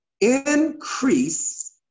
increase